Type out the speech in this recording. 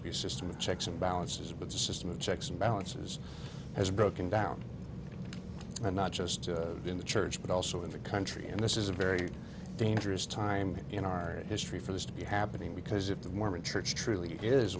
to be a system of checks and balances but the system of checks and balances has broken down and not just in the church but also in the country and this is a very dangerous time in our history for this to be happening because if the mormon church truly is